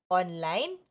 online